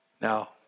Now